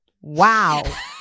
Wow